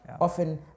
often